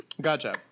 Gotcha